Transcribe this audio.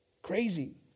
Crazy